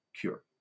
cure